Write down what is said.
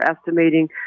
estimating